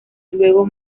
luego